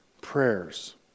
prayers